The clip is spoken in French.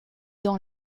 dans